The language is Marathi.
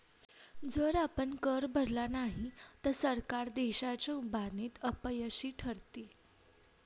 जर आपण कर भरला नाही तर सरकार देशाच्या उभारणीत अपयशी ठरतील